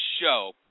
show